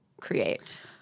create